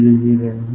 009